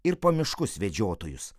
ir po miškus vedžiotojus